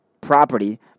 property